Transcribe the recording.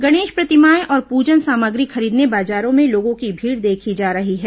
गणेश प्रतिमाएं और पूजन सामग्री खरीदने बाजारों में लोगों की भीड़ देखी जा रही है